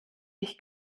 ich